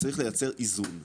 שצריך לייצר איזון.